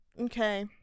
Okay